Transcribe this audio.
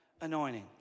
anointing